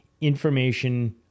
information